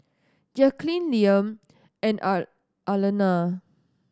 Jacqulyn Liam and are Arlena